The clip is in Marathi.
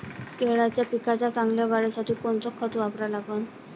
केळाच्या पिकाच्या चांगल्या वाढीसाठी कोनचं खत वापरा लागन?